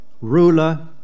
Ruler